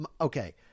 okay